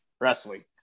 wrestling